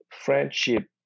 friendship